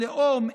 לאום,